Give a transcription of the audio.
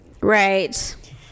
Right